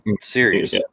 serious